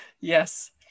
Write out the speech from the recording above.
yes